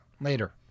Later